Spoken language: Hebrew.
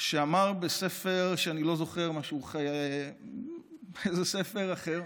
שאמר בספר, שאני לא זוכר איזה, ספר אחר,